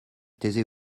taisez